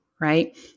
Right